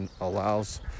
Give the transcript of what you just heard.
allows